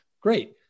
Great